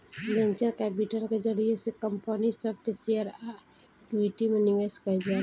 venture capital के जरिया से कंपनी सब के शेयर आ इक्विटी में निवेश कईल जाला